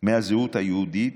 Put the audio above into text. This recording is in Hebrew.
מהזהות היהודית,